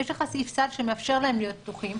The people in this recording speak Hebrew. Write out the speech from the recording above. יש לך סעיף סל שמאפשר להם להיות פתוחים.